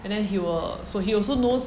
and then he will so he also knows